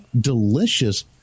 delicious